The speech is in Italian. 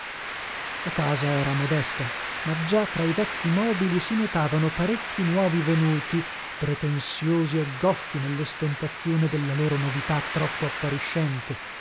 la casa era modesta ma già tra i vecchi mobili si notavano parecchi nuovi venuti pretensiosi e goffi nellostentazione della loro novità troppo appariscente